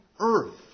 earth